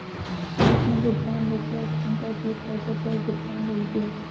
सुमित ने भुगतान रोके ऑप्शन पर क्लिक करके चेक भुगतान रोक दिया